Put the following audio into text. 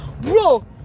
Bro